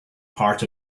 part